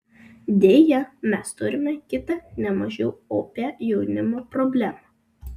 deja mes turime kitą ne mažiau opią jaunimo problemą